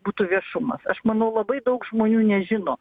būtų viešumas aš manau labai daug žmonių nežino